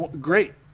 Great